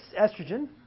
estrogen